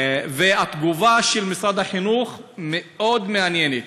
התגובה של משרד החינוך מאוד מעניינת: